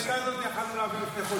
את העסקה הזאת יכולנו להביא לפני חודשיים.